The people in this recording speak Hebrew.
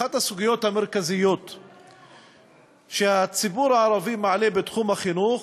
אחת הסוגיות המרכזיות שהציבור הערבי מעלה בתחום החינוך